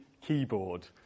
keyboard